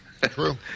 True